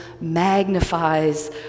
magnifies